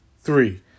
three